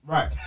Right